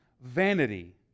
vanity